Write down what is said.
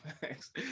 thanks